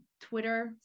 Twitter